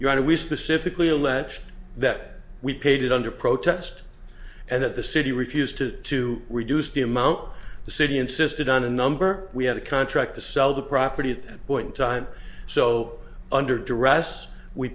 you had to we specifically alleged that we paid it under protest and that the city refused to to reduce the amount the city insisted on a number we had a contract to sell the property at that point in time so under duress we